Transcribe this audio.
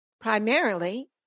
primarily